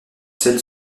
seul